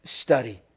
study